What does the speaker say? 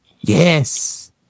Yes